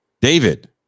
david